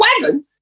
wagon